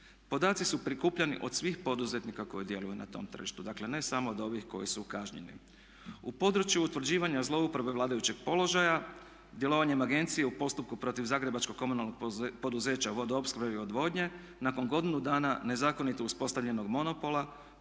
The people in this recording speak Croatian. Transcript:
Podaci su prikupljeni od svih poduzetnika koji djeluju na tom tržištu, dakle ne samo od ovih koji su kažnjeni. U području utvrđivanja zlouporabe vladajućeg položaja djelovanjem agencije u postupku protiv Zagrebačkog komunalnog poduzeća Vodoopskrbe i odvodnje nakon godinu dana nezakonito uspostavljenog monopola